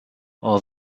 all